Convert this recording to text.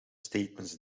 statements